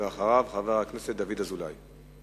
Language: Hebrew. ואחריו, חבר הכנסת דוד אזולאי.